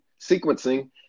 sequencing